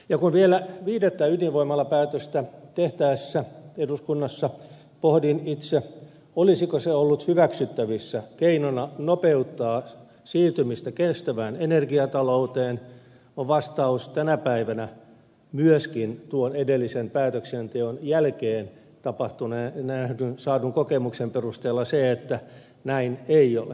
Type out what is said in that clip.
kun vielä viidettä ydinvoimalapäätöstä tehtäessä eduskunnassa pohdin itse olisiko se ollut hyväksyttävissä keinona nopeuttaa siirtymistä kestävään energiatalouteen on vastaus tänä päivänä myöskin tuon edellisen päätöksenteon jälkeen saadun kokemuksen perusteella se että näin ei ole